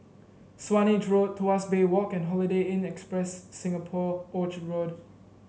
Swanage Road Tuas Bay Walk and Holiday Inn Express Singapore Orchard Road